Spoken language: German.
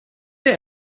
der